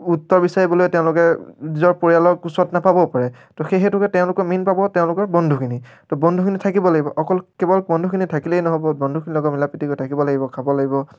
উত্তৰ বিচাৰিবলৈ তেওঁলোকে নিজৰ পৰিয়ালক ওচৰত নাপাবও পাৰে তো সেই হেতুকে তেওঁলোকৰ মেইন পাব তেওঁলোকৰ বন্ধুখিনি তো বন্ধুখিনি থাকিব লাগিব অকল কেৱল বন্ধুখিনি থাকিলেই নহ'ব বন্ধুখিনিৰ লগত মিলা প্ৰীতিকৈ থাকিব লাগিব খাব লাগিব